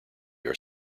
are